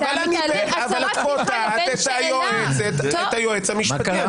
הצהרת פתיחה --- אבל את קוטעת את היועץ המשפטי.